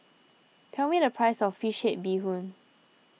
tell me the price of Fish Head Bee Hoon